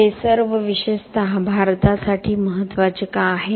हे सर्व विशेषतः भारतासाठी महत्त्वाचे का आहे